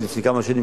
לפני כמה שנים,